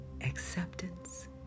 acceptance